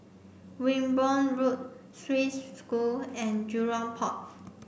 Wimborne Road Swiss School and Jurong Port